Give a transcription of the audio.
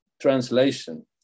translation